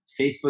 Facebook